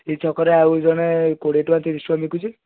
ସେଇ ଛକରେ ଆଉ ଜଣେ କୋଡ଼ିଏ ଟଙ୍କା ତିରିଶି ଟଙ୍କା ବିକୁଛି